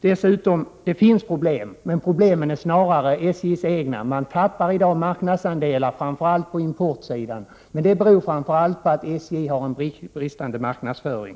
Det finns förvisso problem. Problemen är dock snarare SJ:s egna. Man tappar i dag marknadsandelar, framför allt på importsidan. Det beror emellertid främst på att SJ har en bristande marknadsföring.